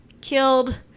killed